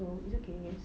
so it's okay